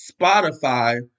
Spotify